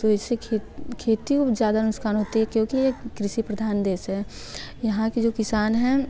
तो इससे खे खेती में ज़्यादा नुकसान होता है क्योंकि ये कृषि प्रधान देश है यहाँ के जो किसान हैं